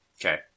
Okay